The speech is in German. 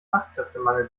fachkräftemangel